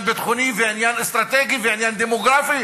ביטחוני ועניין אסטרטגי ועניין דמוגרפי